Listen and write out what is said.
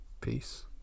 Peace